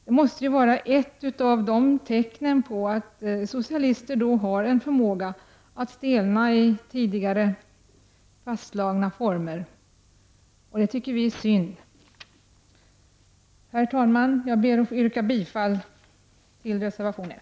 Det måste vara ett av tecknen på att socialister har en förmåga att stelna i tidigare fastslagna former. Det tycker vi är synd. Herr talman! Jag ber att få yrka bifall till reservation nr 1.